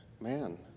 man